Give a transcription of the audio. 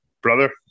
brother